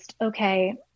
okay